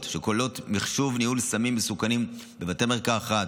שכוללות מחשוב ניהול סמים מסוכנים בבתי מרקחת,